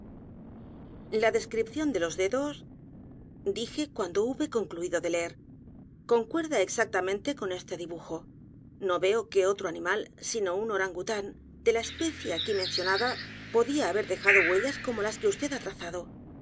la descripción de los dedos dije cuando hube concluido de leer concuerda exactamente con este dibujo no veo que otro animal sino un orangután los crímenes de la calle morgue de la especie aquí mencionada podía haber dejado huellas como las que vd ha trazado